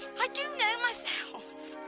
i do know myself.